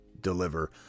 deliver